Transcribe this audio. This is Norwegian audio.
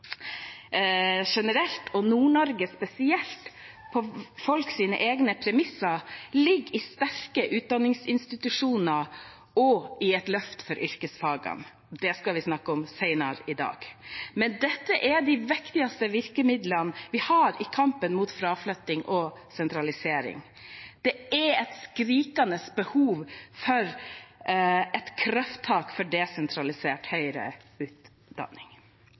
generelt og Nord-Norge spesielt, på folks egne premisser, ligger i sterke utdanningsinstitusjoner og i et løft for yrkesfagene. Det skal vi snakke om senere i dag. Men dette er de viktigste virkemidlene vi har i kampen mot fraflytting og sentralisering. Det er et skrikende behov for et krafttak for desentralisert høyere utdanning.